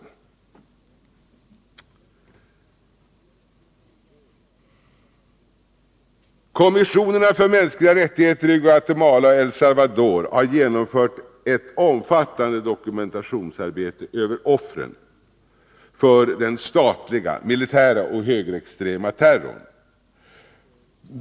51 Kommissionerna för mänskliga rättigheter i Guatemala och El Salvador har genomfört ett omfattande dokumentationsarbete avseende offren för den statliga, militära och högerextrema terrorn.